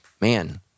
man